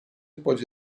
pode